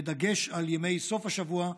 בדגש על ימי סוף השבוע,